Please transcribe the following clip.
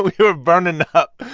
we were burning up